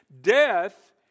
Death